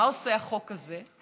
מה עושה החוק הזה?